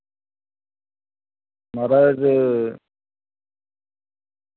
महाराज